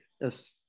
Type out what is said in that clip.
Yes